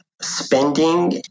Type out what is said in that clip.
spending